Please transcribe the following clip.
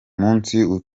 munsi